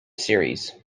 series